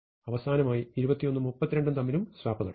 അവസാനമായി 21 ഉം 32 ഉം തമ്മിലും സ്വാപ്പ് നടക്കും